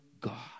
God